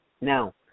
Now